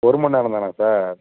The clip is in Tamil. ஒரு மணிநேரம் தானாக சார்